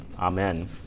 amen